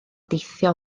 deithio